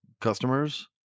customers